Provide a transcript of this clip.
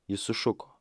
jis sušuko